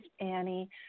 Annie